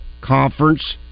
conference